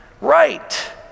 right